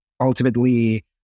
ultimately